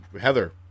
Heather